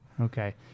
Okay